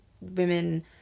women